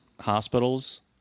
hospitals